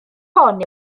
hon